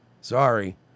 sorry